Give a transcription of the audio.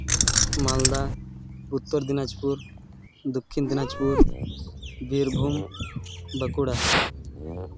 Malda Uttar Dinajpur Dakshin Dinajpur Birbhum Bankura